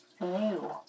New